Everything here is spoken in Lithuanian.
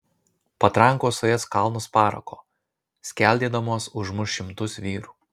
patrankos suės kalnus parako skeldėdamos užmuš šimtus vyrų